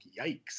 yikes